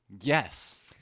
Yes